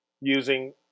using